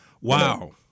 wow